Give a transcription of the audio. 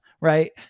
Right